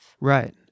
Right